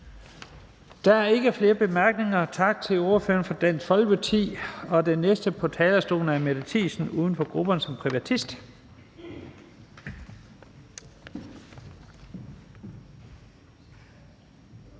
Der er ikke flere korte bemærkninger, så tak til ordføreren for Dansk Folkeparti. Den næste på talerstolen er fru Mette Thiesen, uden for grupperne, som privatist.